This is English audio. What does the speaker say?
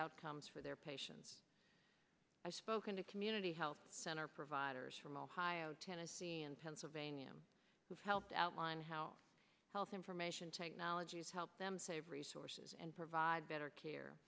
outcomes for their patients welcome to community health center providers from ohio tennessee and pennsylvania who helped outline how health information technologies help them save resources and provide better care